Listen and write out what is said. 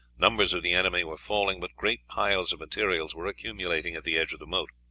numbers of the enemy were falling, but great piles of materials were accumulating at the edge of the moat.